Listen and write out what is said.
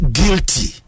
guilty